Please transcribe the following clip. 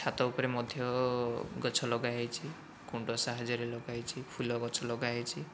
ଛାତ ଉପରେ ମଧ୍ୟ ଗଛ ଲଗା ହୋଇଛି କୁଣ୍ଡ ସାହାଯ୍ୟରେ ଲଗା ହୋଇଛି ଫୁଲଗଛ ଲଗା ହୋଇଛି